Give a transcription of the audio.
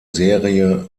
serie